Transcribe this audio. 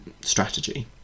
strategy